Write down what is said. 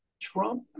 Trump